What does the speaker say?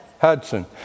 Hudson